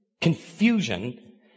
confusion